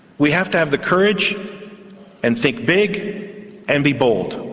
we have to have the courage and think big and be bold.